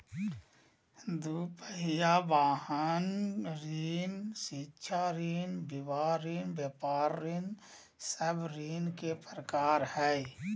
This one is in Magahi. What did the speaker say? दू पहिया वाहन ऋण, शिक्षा ऋण, विवाह ऋण, व्यापार ऋण सब ऋण के प्रकार हइ